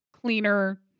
cleaner